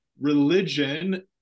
religion